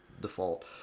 default